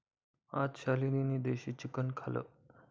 आज शालिनीने देशी चिकन खाल्लं